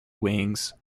wings